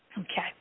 okay